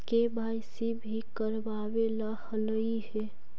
KYC भी करवावेला कहलिये हे?